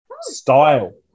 style